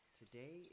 today